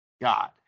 God